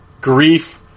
grief